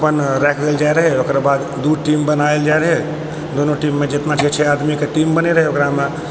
अपन राखि देल जाइ रहै ओकर बाद दू टीम बनायल जाइ रहै दोनो टीममे जतना जे छै आदमीकेँ टीममे बनै रहै ओकरामे